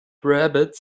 rabbits